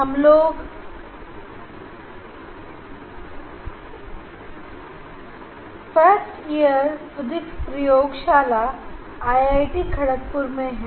हम आईआईटी खड़गपुर की first year physics प्रयोगशाला मैं मौजूद है